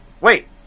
wait